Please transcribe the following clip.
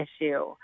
issue